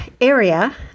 area